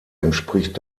entspricht